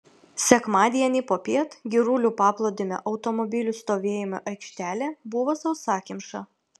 sekmadienį popiet girulių paplūdimio automobilių stovėjimo aikštelė buvo sausakimša